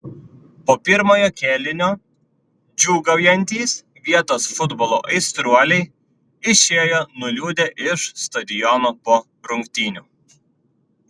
po pirmojo kėlinio džiūgaujantys vietos futbolo aistruoliai išėjo nuliūdę iš stadiono po rungtynių